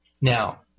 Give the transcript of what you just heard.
Now